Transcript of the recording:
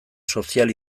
sozial